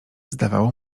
zdawało